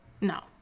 No